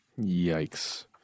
Yikes